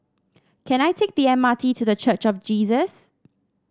can I take the M R T to The Church of Jesus